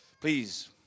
please